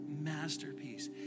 masterpiece